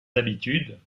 habitudes